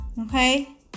Okay